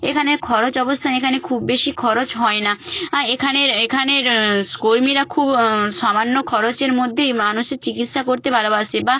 এখানের খরচ অবস্থান এখানে খুব বেশি খরচ হয় না আ এখানের এখানের স্ কর্মীরা খুব সামান্য খরচের মধ্যেই মানুষের চিকিৎসা করতে বা